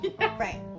Right